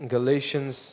Galatians